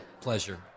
pleasure